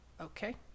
Okay